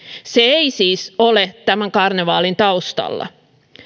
se ei siis ole tämän karnevaalin taustalla